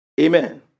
Amen